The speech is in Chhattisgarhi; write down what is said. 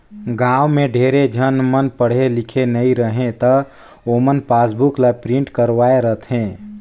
गाँव में ढेरे झन मन पढ़े लिखे नई रहें त ओमन पासबुक ल प्रिंट करवाये रथें